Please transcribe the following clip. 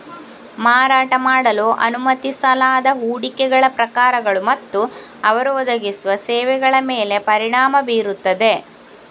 ಮಾರಾಟ ಮಾಡಲು ಅನುಮತಿಸಲಾದ ಹೂಡಿಕೆಗಳ ಪ್ರಕಾರಗಳು ಮತ್ತು ಅವರು ಒದಗಿಸುವ ಸೇವೆಗಳ ಮೇಲೆ ಪರಿಣಾಮ ಬೀರುತ್ತದೆ